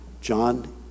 John